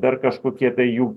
ir dar kažkokie tai jų